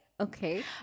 okay